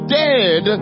dead